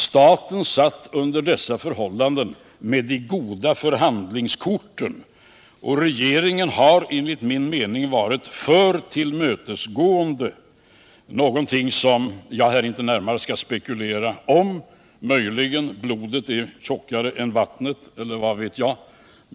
Staten satt under dessa förhållanden med de goda förhandlingskorten, och regeringen har enligt min mening varit för tillmötesgående, någonting som jag inte skall spekulera över. Möjligen kan man säga att blodet är tjockare än vattnet — vad vet jag.